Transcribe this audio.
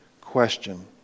question